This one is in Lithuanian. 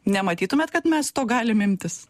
nematytumėt kad mes to galim imtis